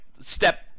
step